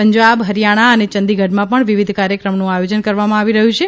પંજાબ હરિયાણા અને ચંદીગઢમાં પણ વિવિધ કાર્યક્રમોનું આયોજન કરવામાં આવી રહ્યું છે